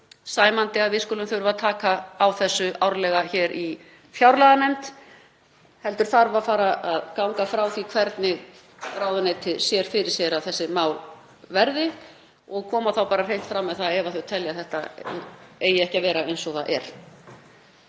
sæmandi að við skulum þurfa að taka á þessu árlega í fjárlaganefnd. Það þarf að fara að ganga frá því hvernig ráðuneytið sér fyrir sér að þessi mál verði og koma þá bara hreint fram með það ef það telur að þetta eigi ekki að vera eins og það er.